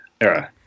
era